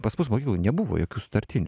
pas mus mokykloj nebuvo jokių sutartinių